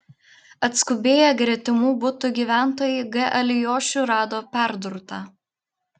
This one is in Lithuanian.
atskubėję gretimų butų gyventojai g alijošių rado perdurtą